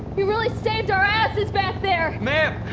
you really saved our asses back there ma'am!